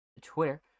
Twitter